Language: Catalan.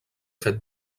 fet